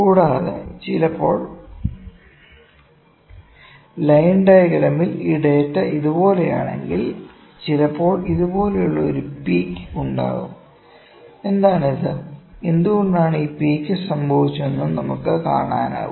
കൂടാതെ ചിലപ്പോൾ ലൈൻ ഡയഗ്രാമിൽ ഈ ഡാറ്റ ഇതുപോലെയാണെങ്കിൽ ചിലപ്പോൾ ഇതുപോലുള്ള ഒരു പീക്ക് ഉണ്ടാകും എന്താണ് ഇത് എന്തുകൊണ്ടാണ് ഈ പീക്ക് സംഭവിച്ചതെന്നും നമുക്ക് കാണാനാകും